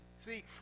See